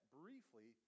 briefly